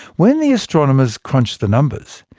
when the astronomers crunched the numbers,